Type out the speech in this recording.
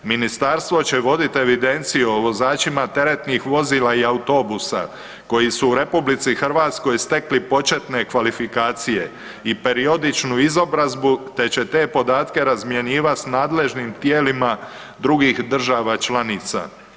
Ministarstvo će voditi evidenciju o vozačima teretnih vozila i autobusa koji su u Republici Hrvatskoj stekli početne kvalifikacije i periodičnu izobrazbu, te će te podatke razmjenjivati sa nadležnim tijelima drugih država članica.